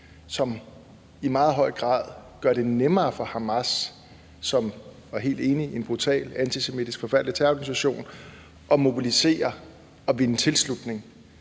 som i meget høj grad gør det nemmere for Hamas – og helt enig, det er en brutal, antisemitisk forfærdelig terrororganisation – at mobilisere og vinde tilslutning?